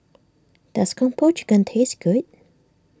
does Kung Po Chicken taste good